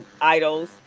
idols